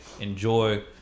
enjoy